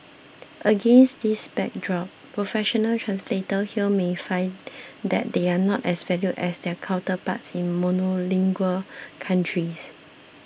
against this backdrop professional translators here may find that they are not as valued as their counterparts in monolingual countries